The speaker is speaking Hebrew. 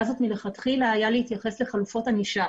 הזאת מלכתחילה היה להתייחס לחלופות ענישה,